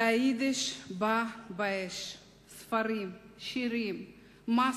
"והיידיש באה באש/ ספרים, שירים, מסות,